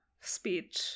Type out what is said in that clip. speech